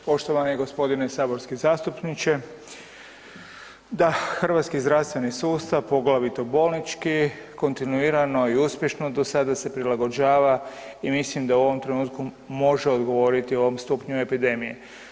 Poštovani g. saborski zastupniče, da hrvatski zdravstveni sustav, poglavito bolnički kontinuirano i uspješno do sada se prilagođava i mislim da u ovom trenutku može odgovoriti ovom stupnju epidemije.